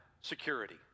security